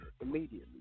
immediately